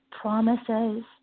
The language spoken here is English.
promises